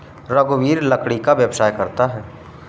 रघुवीर लकड़ी का व्यवसाय करता है